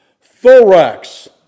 Thorax